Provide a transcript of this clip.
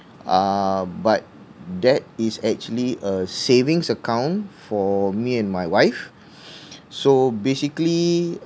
uh but that is actually a savings account for me and my wife so basically